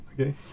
okay